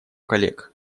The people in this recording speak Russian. коллег